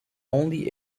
only